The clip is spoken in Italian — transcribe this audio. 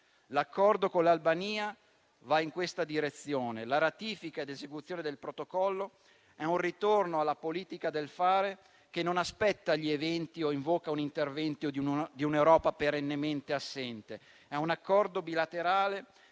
L'accordo con l'Albania va in questa direzione. La ratifica ed esecuzione del Protocollo è un ritorno alla politica del fare che non aspetta gli eventi o invoca l'intervento di un'Europa perennemente assente. È un accordo bilaterale